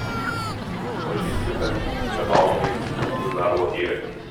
susipažinsite su senoviniais dzūkų darbo įrankiais